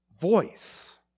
Voice